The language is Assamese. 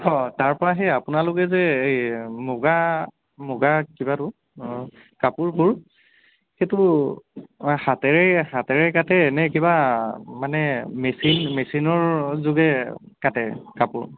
অঁ তাৰপৰা সেই আপোনালোকে যে এই মুগা মুগা কিবাটো অঁ কাপোৰবোৰ সেইটো হাতেৰে হাতেৰে কাটে নে কিবা মানে মেচিন মেচিনৰ যোগে কাটে কাপোৰ